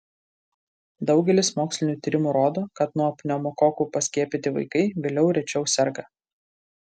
daugelis mokslinių tyrimų rodo kad nuo pneumokokų paskiepyti vaikai vėliau rečiau serga